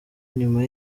nyuma